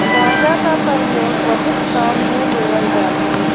गांजा क परयोग बहुत काम में लेवल जाला